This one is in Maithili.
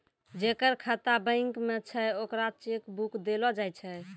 जेकर खाता बैंक मे छै ओकरा चेक बुक देलो जाय छै